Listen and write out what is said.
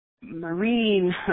marine